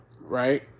right